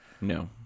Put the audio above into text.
no